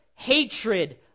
Hatred